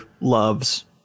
loves